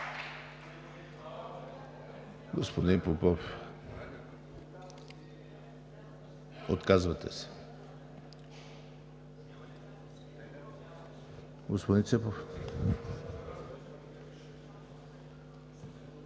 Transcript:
Господин Попов? Отказвате се. Господин Ципов,